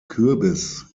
kürbis